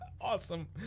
awesome